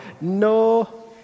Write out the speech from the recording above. no